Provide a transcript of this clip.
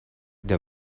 der